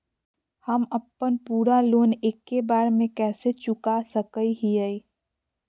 हम अपन पूरा लोन एके बार में कैसे चुका सकई हियई?